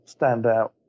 standout